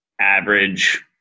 average